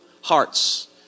hearts